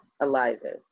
Eliza